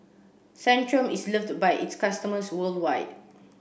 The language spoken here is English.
Centrum is loved by its customers worldwide